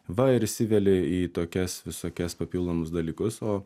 va ir įsiveli į tokias visokias papildomus dalykus o